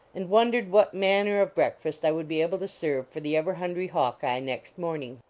and wondered what manner of breakfast i would be able to serve for the ever hungry hawkeye next morning.